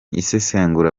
isesengura